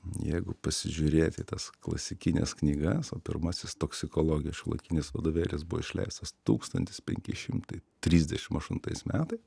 jeigu pasižiūrėti į tas klasikines knygas o pirmasis toksikologijos šiuolaikinis vadovėlis buvo išleistas tūkstantis penki šimtai trisdešim ašuntais metais